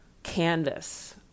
canvas